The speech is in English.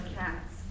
cats